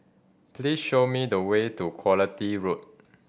please show me the way to Quality Road